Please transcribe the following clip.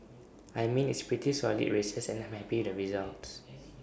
I mean it's pretty solid races and I'm happy the results